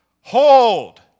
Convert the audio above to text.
hold